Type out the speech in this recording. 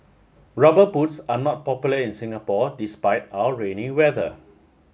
rubber boots are not popular in Singapore despite our rainy weather